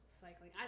cycling